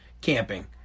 camping